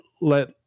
let